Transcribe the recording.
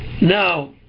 now